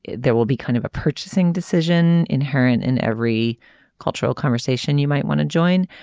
there will be kind of a purchasing decision inherent in every cultural conversation you might want to join.